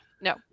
no